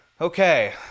Okay